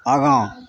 आगाँ